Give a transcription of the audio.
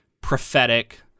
prophetic